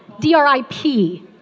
D-R-I-P